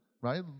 right